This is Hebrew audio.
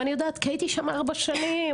ואני יודעת כי הייתי שמה ארבע שנים,